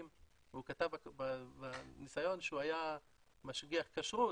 והוא כתב בניסיון שהוא היה משגיח כשרות,